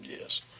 Yes